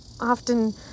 often